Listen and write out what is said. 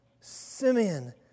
Simeon